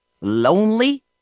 lonely